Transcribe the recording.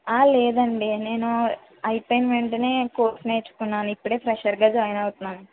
ఆ లేదండి నేనూ అయిపోయిన వెంటనే కోర్స్ నేర్చుకున్నాను ఇప్పుడే ఫ్రెషర్గా జాయిన్ అవుతున్నాను